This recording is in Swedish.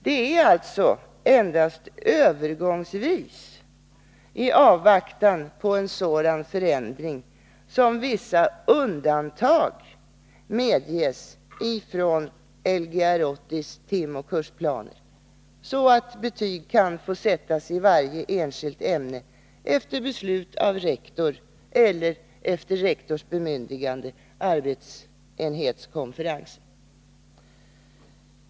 Det är alltså endast övergångsvis i avvaktan på en sådan förändring som vissa undantag medges från Lgr 80:s timoch kursplaner så att betyg kan få sättas i varje enskilt ämne efter beslut av rektor eller, efter rektors bemyndigande, av arbetsenhetskonferensen.